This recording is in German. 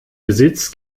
besitz